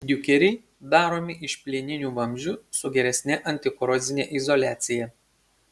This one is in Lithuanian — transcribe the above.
diukeriai daromi iš plieninių vamzdžių su geresne antikorozine izoliacija